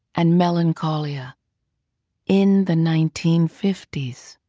and melancholia in the nineteen fifty s.